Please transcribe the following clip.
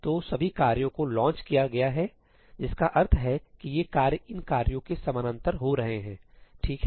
तो सभी कार्यों को लॉन्च किया गया है जिसका अर्थ है कि ये कार्य इन कार्यों के समानांतर हो रहे हैं ठीक है